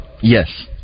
Yes